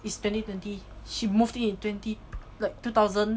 is twenty twenty she moved in in twenty like two thousand